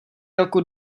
roku